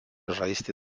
žaisti